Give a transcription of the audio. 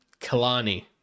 Kalani